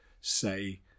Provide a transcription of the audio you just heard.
say